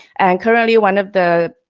and currently one of the,